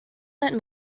that